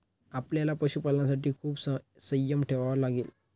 आपल्याला पशुपालनासाठी खूप संयम ठेवावा लागेल